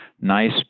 nice